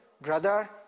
brother